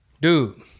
dude